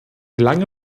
lange